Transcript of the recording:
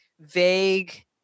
vague